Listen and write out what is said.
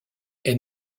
est